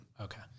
Okay